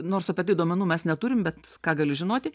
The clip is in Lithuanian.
nors apie tai duomenų mes neturim bet ką gali žinoti